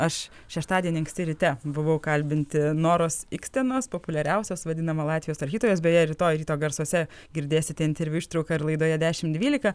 aš šeštadienį anksti ryte buvau kalbinti noros ikstenos populiariausias vadinama latvijos rašytojas beje rytoj ryto garsuose girdėsite interviu ištrauką ir laidoje dešimt dvylika